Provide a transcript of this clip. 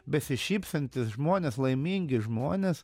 besišypsantys žmonės laimingi žmonės